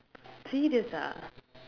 serious ah